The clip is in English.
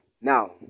Now